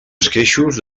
esqueixos